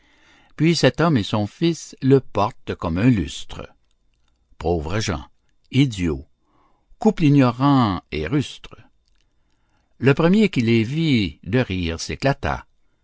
puis cet homme et son fils le portent comme un lustre pauvres gens idiots couple ignorant et rustre le premier qui les vit de rire s'éclata